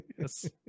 Yes